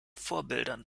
vorbildern